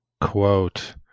quote